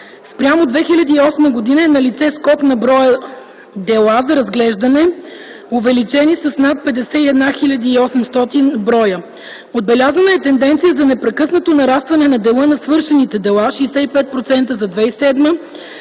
Спрямо 2008 г. е налице скок на броя дела за разглеждане – те са се увеличили с над 51 хил. 800 броя. Отбелязана е тенденция за непрекъснато нарастване на дела на свършените дела (65% за 2007 г.,